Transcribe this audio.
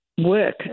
work